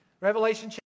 Revelation